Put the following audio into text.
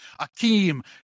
Akeem